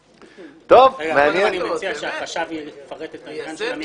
קודם אני מציע שהחשב יפרט את העניין של המימון.